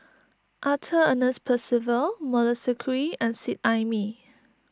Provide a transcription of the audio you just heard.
Arthur Ernest Percival Melissa Kwee and Seet Ai Mee